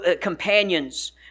companions